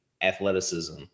athleticism